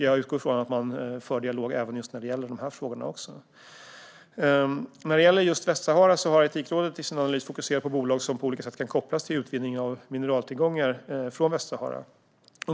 Jag utgår från att man för en dialog även om dem. När det gäller Västsahara har Etikrådet i sin analys fokuserat på bolag som på olika sätt kan kopplas till utvinning av mineraltillgångar från Västsahara.